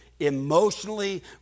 emotionally